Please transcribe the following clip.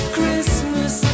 Christmas